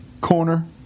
corner